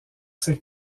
ces